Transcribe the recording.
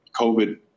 COVID